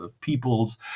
peoples